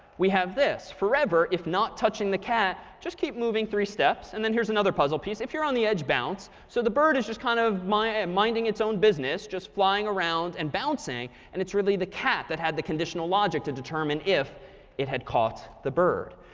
we have this. forever, if not touching the cat, just keep moving three steps. and then here's another puzzle piece. if you're on the edge, bounce. so the bird is just kind of minding its own business, just flying around and bouncing, and it's really the cat that had the conditional logic to determine if it had caught the bird.